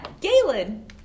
Galen